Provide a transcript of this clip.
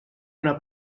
una